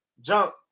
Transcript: jump